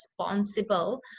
responsible